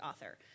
author